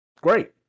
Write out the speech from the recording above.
great